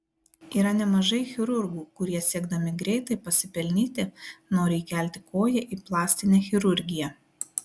yra nemažai chirurgų kurie siekdami greitai pasipelnyti nori įkelti koją į plastinę chirurgiją